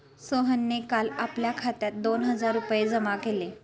सोहनने काल आपल्या खात्यात दोन हजार रुपये जमा केले